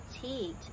fatigued